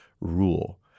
rule